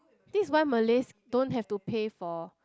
this is why malays don't have to pay for